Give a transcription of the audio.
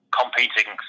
competing